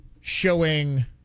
showing